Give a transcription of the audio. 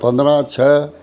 पंदरहां छह